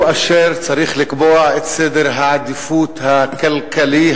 אשר צריך לקבוע את סדר העדיפות הכלכלי,